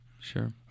Sure